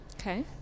Okay